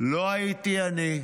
לא היו אני,